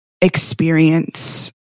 experience